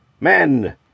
Men